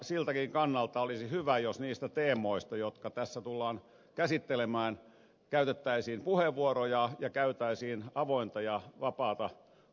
siltäkin kannalta olisi hyvä jos niistä teemoista jotka tässä tullaan käsittelemään käytettäisiin puheenvuoroja ja käytäisiin avointa ja vapaata ulkopoliittista keskustelua